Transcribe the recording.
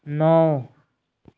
नौ